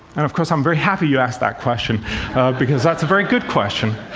and of course, i'm very happy you asked that question because that's a very good question.